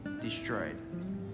destroyed